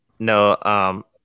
No